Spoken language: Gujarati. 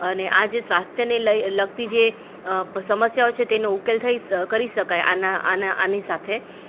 અને આજે સ્વાસ્થ્યને લઇ લગતી જે સમસ્યાઓ છે તેનો ઉકેલ થઈ કરી શકાય આના આની સાથે